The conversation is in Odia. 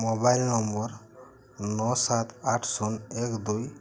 ମୋବାଇଲ୍ ନମ୍ବର୍ ନଅ ସାତ ଆଠ ଶୂନ ଏକ ଦୁଇ